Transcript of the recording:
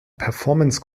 performance